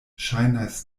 ŝajnas